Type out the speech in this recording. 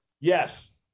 yes